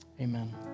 Amen